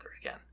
again